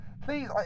Please